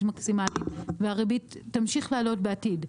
המקסימלית והריבית תמשיך לעלות בעתיד.